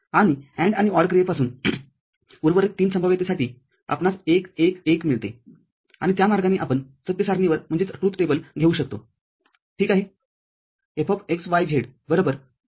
आणि AND आणि OR क्रियेपासूनउर्वरित तीन संभाव्यतेसाठी आपणास १ १ १ मिळते आणि त्या मार्गाने आपण सत्य सारणीवर येऊ शकतो ठीक आहे